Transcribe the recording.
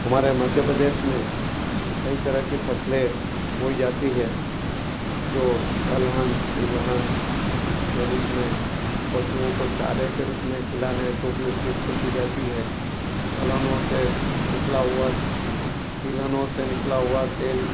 हमारे मध्य प्रदेश में कई तरह की फसले बोई जाती है जो दलहन तिलहन के रूप में पशुओं को चारे के रूप में खिलाने हैं तो भी उपयुक्त की जाती है दलहनों से निकला हुआ तिलहनों से निकला हुआ तेल